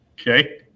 Okay